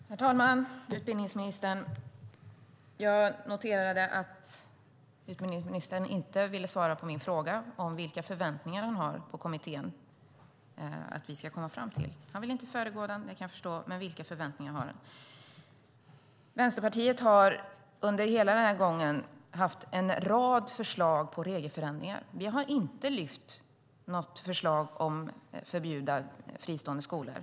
Herr talman! Utbildningsministern! Jag noterade att utbildningsministern inte ville svara på min fråga om vilka förväntningar han har på vad kommittén ska komma fram till. Han vill inte föregå den, och det kan jag förstå. Men vilka förväntningar har han? Vänsterpartiet har under hela den här omgången haft en rad förslag till regelförändringar. Vi har inte lyft fram något förslag om att förbjuda fristående skolor.